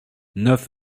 neuf